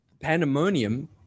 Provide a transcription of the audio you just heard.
Pandemonium